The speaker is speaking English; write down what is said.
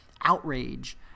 outrage